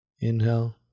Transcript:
Inhale